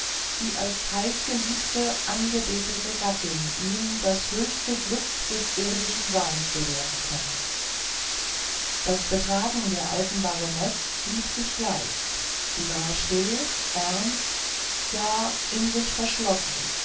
die als heißgeliebte angebetete gattin ihm das höchste glück des irdischen seins gewähren könne das betragen der alten baronesse blieb sich gleich sie war still ernst ja in sich verschlossen